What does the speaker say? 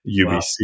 UBC